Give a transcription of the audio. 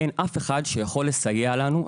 אין אף אחד שיכול לסייע לנו,